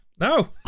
no